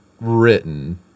written